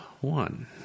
one